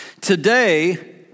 Today